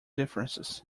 differences